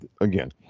again